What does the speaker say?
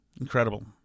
incredible